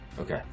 Okay